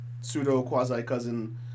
pseudo-quasi-cousin